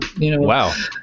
Wow